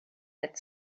had